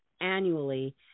annually